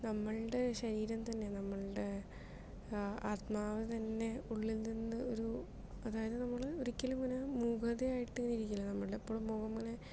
നമ്മളുടെ ശരീരം തന്നെ നമ്മളുടെ അ ആത്മാവ് തന്നെ ഉള്ളിൽ നിന്ന് ഒരു അതായത് നമ്മള് ഒരിക്കലും ഇങ്ങനെ മൂകത ആയിട്ട് ഇരിക്കില്ലേ നമ്മളുടെ എപ്പോഴും മുഖം ഇങ്ങനെ